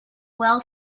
well